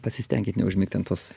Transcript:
pasistenkit neužmigti ant tos